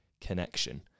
connection